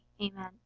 Amen